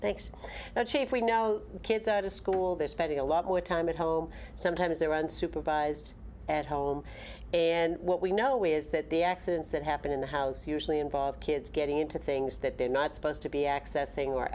thanks chief we know kids out of school they're spending a lot more time at home sometimes they're on supervised at home and what we know is that the accidents that happen in the house usually involve kids getting into things that they're not supposed to be accessing or